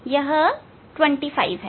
यह 25 है